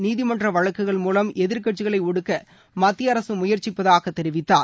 நீதிமன்ற வழக்குகள் மூலம் எதிர்க்கட்சிகளை ஒடுக்க மத்திய அரசு முயற்சிப்பதாகத் தெரிவித்தார்